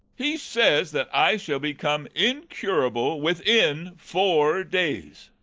he says that i shall become incurable within four days.